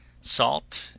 salt